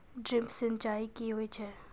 Drip सिंचाई कि होय छै?